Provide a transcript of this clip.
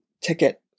ticket